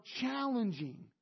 challenging